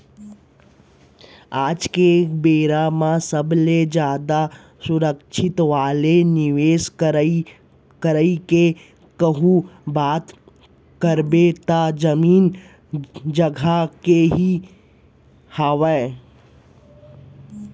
आज के बेरा म सबले जादा सुरक्छित वाले निवेस करई के कहूँ बात करबे त जमीन जघा के ही हावय